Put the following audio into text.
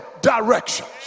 directions